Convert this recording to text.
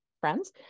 friends